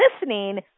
listening